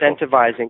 incentivizing